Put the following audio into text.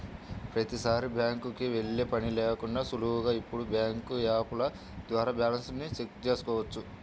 ప్రతీసారీ బ్యాంకుకి వెళ్ళే పని లేకుండానే సులువుగా ఇప్పుడు బ్యాంకు యాపుల ద్వారా బ్యాలెన్స్ ని చెక్ చేసుకోవచ్చు